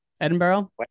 Edinburgh